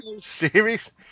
Serious